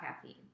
caffeine